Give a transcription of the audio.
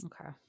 Okay